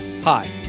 Hi